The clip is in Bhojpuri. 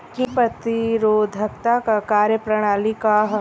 कीट प्रतिरोधकता क कार्य प्रणाली का ह?